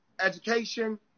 education